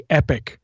epic